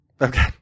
Okay